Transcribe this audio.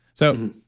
so,